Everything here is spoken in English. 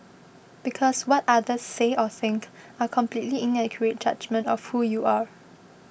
because what others say or think are completely inaccurate judgement of who you are